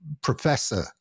professor